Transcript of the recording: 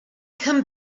come